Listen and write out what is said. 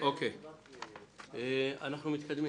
אוקיי, אנחנו מתקדמים.